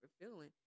feeling